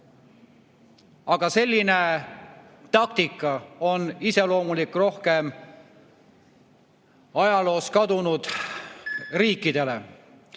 Selline taktika on iseloomulik rohkem ajaloost kadunud riikidele.